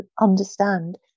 understand